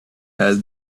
had